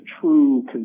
true